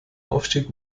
aufstieg